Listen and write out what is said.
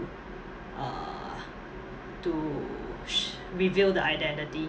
uh to s~ reveal the identity